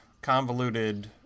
convoluted